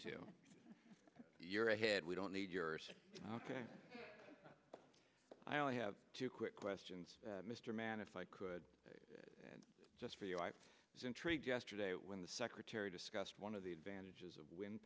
to your ahead we don't need your ok i only have two quick questions mr mann if i could and just for you i was intrigued yesterday when the secretary discussed one of the advantages of wind